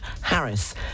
Harris